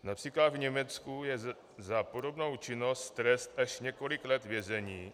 Například v Německu je za podobnou činnost trest až několik let vězení.